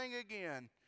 again